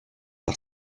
par